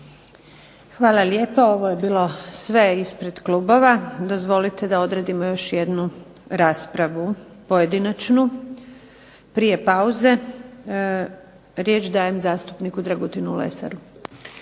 Hvala lijepa. Ovo je bilo sve ispred klubova. Dozvolite da odredimo još jednu raspravu pojedinačnu, prije pauze. Riječ dajem zastupniku Dragutinu Lesaru.